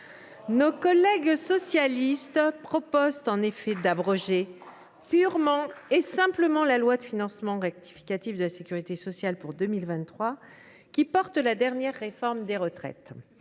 Nos collègues socialistes proposent en effet d’abroger purement et simplement la loi de financement rectificative de la sécurité sociale pour 2023, qui porte la dernière réforme des retraites.